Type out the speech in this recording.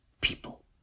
people